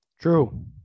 True